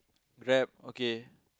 rap okay